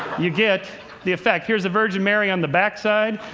you get the effect. here's the virgin mary on the backside,